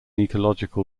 ecological